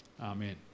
Amen